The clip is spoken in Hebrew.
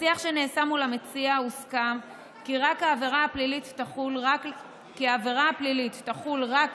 בשיח שנעשה מול המציע הוסכם כי העבירה הפלילית תחול רק